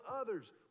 others